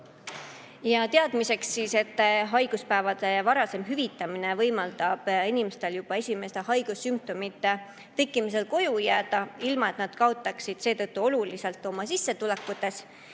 Teadmiseks, et haiguspäevade varasem hüvitamine võimaldab inimestel juba esimeste haigussümptomite tekkimisel koju jääda, ilma et nad kaotaksid seetõttu oluliselt oma sissetulekutes,